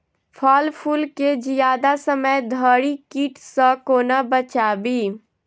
फल फुल केँ जियादा समय धरि कीट सऽ कोना बचाबी?